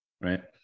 right